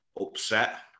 upset